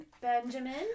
Benjamin